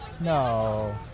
No